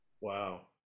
Wow